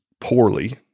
poorly